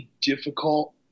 difficult